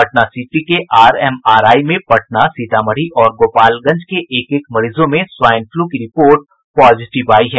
Patna city के RMRI में पटना सीतामढ़ी और गोपालगंज के एक एक मरीजों में स्वाईन फ्लू की रिपोर्ट पॉजिटिव आयी है